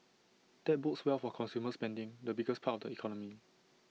that bodes well for consumer spending the biggest part of the economy